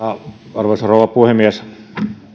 arvoisa rouva puhemies